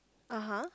(uh huh)